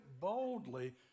boldly